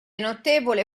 notevole